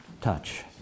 touch